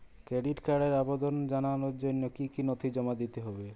Credit কার্ডের আবেদন জানানোর জন্য কী কী নথি জমা দিতে হবে?